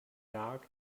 jagd